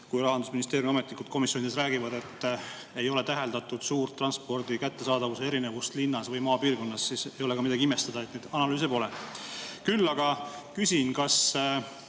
Kui Rahandusministeeriumi ametnikud komisjonides räägivad, et ei ole täheldatud suurt transpordi kättesaadavuse erinevust linnas ega maapiirkonnas, siis ei ole ka midagi imestada, et analüüsi pole. Küll aga küsin, kas